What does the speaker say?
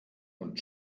und